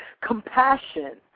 compassion